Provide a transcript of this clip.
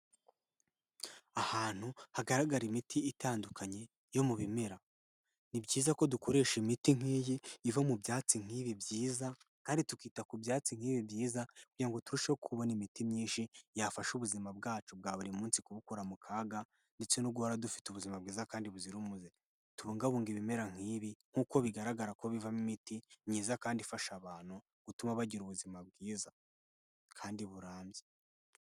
Ahantu hagaragara imiti itandukanye yo mu bimera. Ni byiza ko dukoresha imiti nk'iyi, iva mu byatsi nk'ibi byiza kandi tukita ku byatsi nk'ibi byiza, kugira ngo turusheho kubona imiti myinshi yafasha ubuzima bwacu bwa buri munsi kubukura mu kaga ndetse no guhora dufite ubuzima bwiza kandi buzira umuze. Tubungabunge ibimera nk'ibi, nk'uko bigaragara ko bivamo imiti myiza kandi ifasha abantu, gutuma bagira ubuzima bwiza kandi burambye.